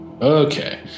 Okay